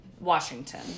Washington